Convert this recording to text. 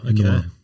Okay